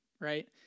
right